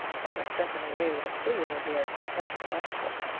i have sent him away with a flea in his ear that's what i have done.